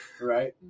Right